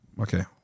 Okay